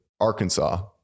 arkansas